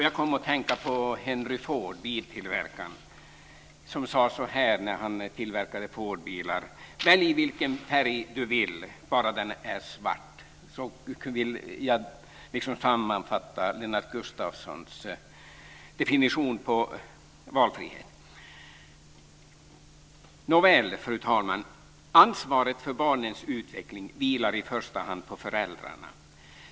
Jag kom att tänka på Henry Ford, biltillverkaren. När han tillverkade Fordbilar sade han: Välj vilken färg du vill bara den är svart! Så vill jag sammanfatta Lennart Fru talman! Ansvaret för barnens utveckling vilar i första hand på föräldrarna.